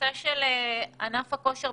ענף הכושר,